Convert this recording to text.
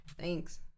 Thanks